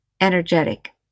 energetic